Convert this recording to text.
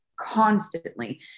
constantly